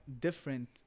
different